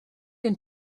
den